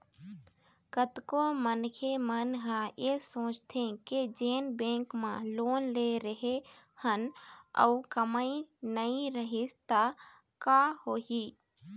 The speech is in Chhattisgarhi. कतको मनखे मन ह ऐ सोचथे के जेन बेंक म लोन ले रेहे हन अउ कमई नइ रिहिस त का होही